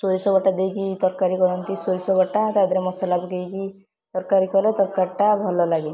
ସୋରିଷ ବଟା ଦେଇକି ତରକାରୀ କରନ୍ତି ସୋରିଷ ବଟା ତାଦେହରେ ମସଲା ପକାଇକି ତରକାରୀ କଲେ ତରକାରୀଟା ଭଲ ଲାଗେ